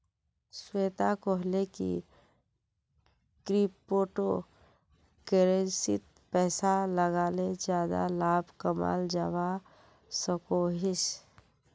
श्वेता कोहले की क्रिप्टो करेंसीत पैसा लगाले ज्यादा लाभ कमाल जवा सकोहिस